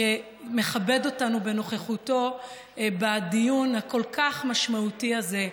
שמכבד אותנו בנוכחותו בדיון המשמעותי כל כך הזה,